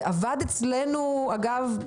אגב, זה עבד אצלנו בוועדה,